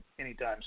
anytime